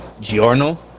Giorno